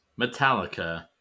Metallica